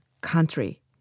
country